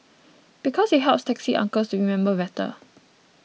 because it helps taxi uncles to remember better